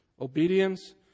Obedience